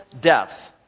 death